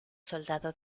soldado